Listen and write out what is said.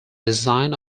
design